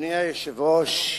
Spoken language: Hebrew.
אדוני היושב-ראש,